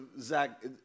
Zach